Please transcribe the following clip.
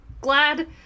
glad